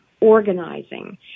organizing